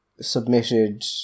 submitted